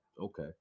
Okay